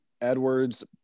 Edwards